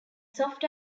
soft